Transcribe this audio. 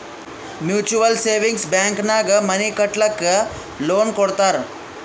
mutual savings bank ನಾಗ್ money ಕಟ್ಟಲಕ್ಕ್ loan ಕೊಡ್ತಾರ್